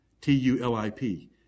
T-U-L-I-P